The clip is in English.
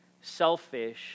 selfish